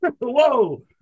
Whoa